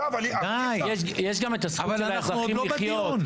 יש גם את הזכות של האזרחים לחיות.